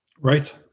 Right